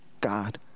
God